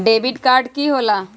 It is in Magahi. डेबिट काड की होला?